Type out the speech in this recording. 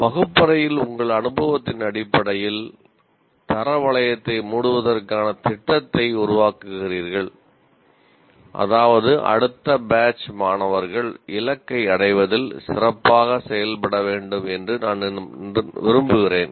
வகுப்பறையில் உங்கள் அனுபவத்தின் அடிப்படையில் தர வளையத்தை மூடுவதற்கான திட்டத்தை உருவாக்குகிறீர்கள் அதாவது அடுத்த பேட்ச் மாணவர்கள் இலக்கை அடைவதில் சிறப்பாக செயல்பட வேண்டும் என்று நான் விரும்புகிறேன்